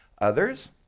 Others